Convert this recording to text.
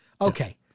Okay